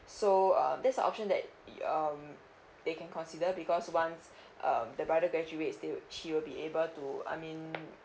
so uh this option that it um they can consider because once um the brother graduate still she will be able to I mean